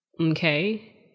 Okay